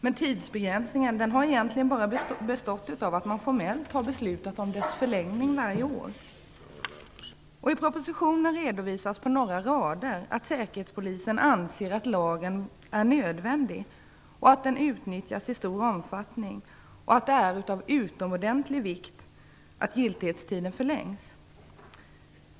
Men tidsbegränsningen har egentligen bara bestått av att man formellt har beslutat om dess förlängning varje år. I propositionen redovisas på några rader att Säkerhetspolisen anser att lagen är nödvändig, att den utnyttjas i stor omfattning och att det är av utomordentlig vikt att giltighetstiden förlängs.